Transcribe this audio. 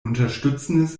unterstützendes